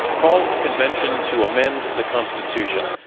call a convention to amend the constitution.